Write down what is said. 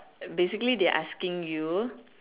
basically they are asking you